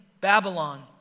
Babylon